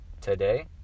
Today